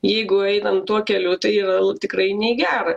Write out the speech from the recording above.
jeigu einam tuo keliu tai yra tikrai ne į gera